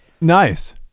Nice